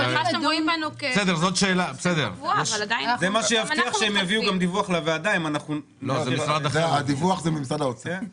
זה מה שיבטיח שהם יביאו גם דיווח לוועדה --- הדיווח זה ממשרד האוצר.